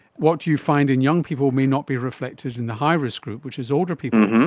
what you find in young people may not be reflected in the high-risk group, which is older people,